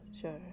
Sure